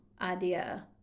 idea